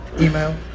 email